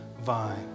vine